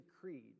creed